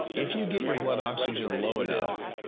if you get your blood oxygen low enough,